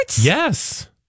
Yes